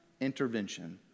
intervention